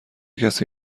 کسی